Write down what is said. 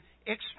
expect